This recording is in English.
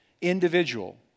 individual